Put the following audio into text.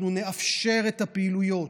אנחנו נאפשר את הפעילויות,